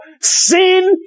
Sin